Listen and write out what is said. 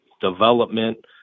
development